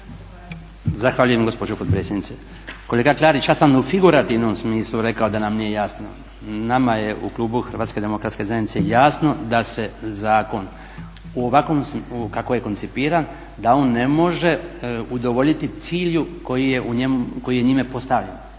Zahvaljujem gospođo potpredsjednice. Kolega Klarić ja sam u figurativnom smislu rekao da nam nije jasno. Nama je u klubu Hrvatske demokratske zajednice jasno da se zakon u ovakvom, kako je koncipiran, da on ne može udovoljiti cilju koji je njime postavljen